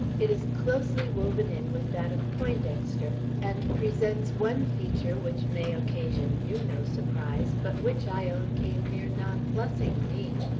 it is closely woven in with that of poindexter, and presents one feature which may occasion you no surprise, but which, i own, came near nonplussing me.